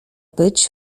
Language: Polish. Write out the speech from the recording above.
być